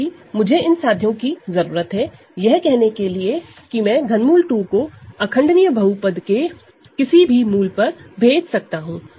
क्योंकि मुझे इन प्रोपोज़िशनस की जरूरत है यह कहने के लिए कि मैं ∛ 2 को इररेडूसिबल पॉलीनॉमिनल के किसी भी रूट पर भेज सकता हूं